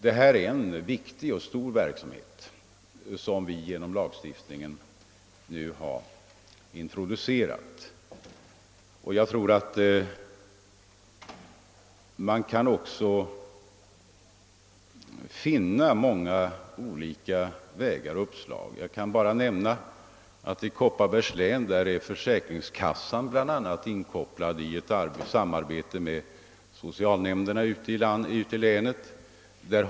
Detta är en viktig och stor verksamhet som vi nu genom lagstiftningen introducerat, och jag tror att man också kan finna många olika vägar och uppslag. Jag kan exempelvis nämna att försäkringskassan i Kopparbergs län startat ett samarbete med länets socialnämnder.